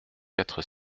quatre